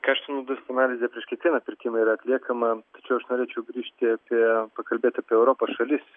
kaštų naudos analizė prieš kiekvieną pirkimą yra atliekama tačiau aš norėčiau grįžti apie pakalbėt apie europos šalis